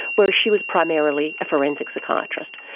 whereas she was primarily a forensic psychiatrist.